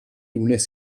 wnes